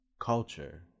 culture